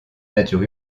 nature